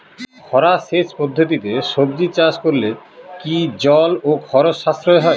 খরা সেচ পদ্ধতিতে সবজি চাষ করলে কি জল ও খরচ সাশ্রয় হয়?